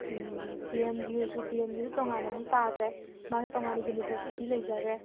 ꯗꯤ M ꯌꯨꯁꯨ D M ꯌꯨꯁꯨ ꯇꯣꯡꯉꯥꯟꯅ ꯑꯃꯨꯛ ꯇꯥꯈ꯭ꯔꯦ ꯃꯥ ꯇꯣꯡꯉꯥꯟꯅ ꯌꯨꯅꯤꯕꯔꯁꯤꯇꯤ ꯂꯩꯖꯈ꯭ꯔꯦ